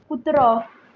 कुत्रो